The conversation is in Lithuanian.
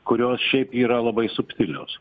kurios šiaip yra labai subtilios